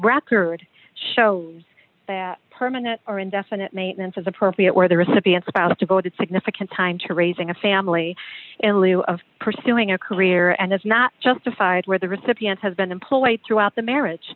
would show that permanent or indefinite maintenance is appropriate where the recipient spouse devoted significant time to raising a family ileo of pursuing a career and if not justified where the recipient has been employed throughout the marriage